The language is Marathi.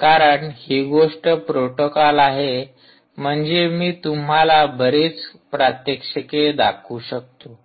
कारण ही गोष्ट प्रोटोकॉल आहे म्हणजे मी तुम्हाला बरीच प्रात्यक्षिके दाखवू शकतो